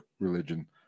Religion